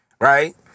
right